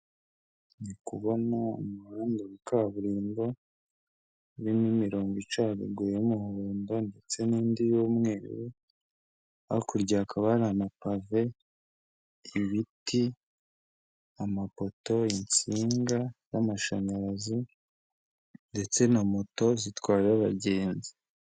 Ndi kubona umuhanda wa kaburimbo urimo imirongo icagaguye y'umuhondo ndetse n'indi y'umweru, hakurya hakaba hari amapave, ibiti, amapoto, insinga z'amashanyarazi ndetse na moto zitwaye abagenzi.